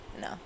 no